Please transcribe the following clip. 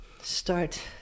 start